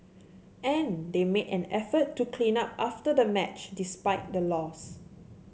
and they made an effort to clean up after the match despite the loss